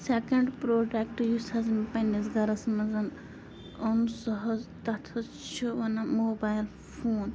second product یُس حظ مےٚ پنٛنِس گَرَس منٛز اوٚن سُہ حظ تَتھ حظ چھِ وَنان موبایل فون